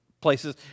places